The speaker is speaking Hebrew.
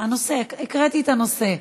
הקראתי את הנושא.